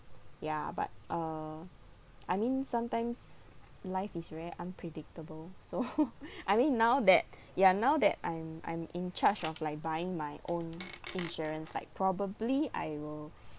ya but uh I mean sometimes life is very unpredictable so I mean now that ya now that I'm I'm in charge of like buying my own insurance like probably I will